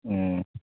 ꯎꯝ